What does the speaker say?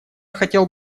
хотел